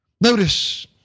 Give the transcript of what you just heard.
Notice